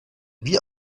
wie